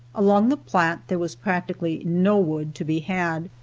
along the platte there was practically no wood to be had.